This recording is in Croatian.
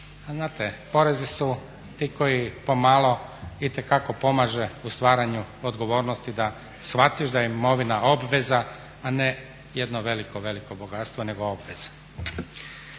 znate, porezi su ti koji pomalo itekako pomaže u stvaranju odgovornosti da shvatiš da je imovina obveza, a ne jedno veliko, veliko bogatstvo, nego obveza.